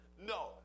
No